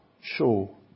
show